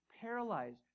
paralyzed